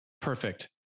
Perfect